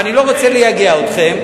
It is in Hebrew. ואני לא רוצה לייגע אתכם.